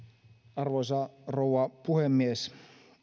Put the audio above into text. arvoisa rouva puhemies